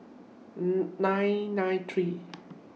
nine nine three